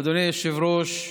אדוני היושב-ראש,